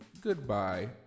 Goodbye